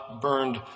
burned